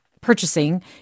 purchasing